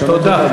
לשנות אותה,